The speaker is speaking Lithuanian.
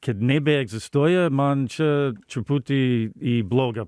kad nebeegzistuoja man čia truputį į blogą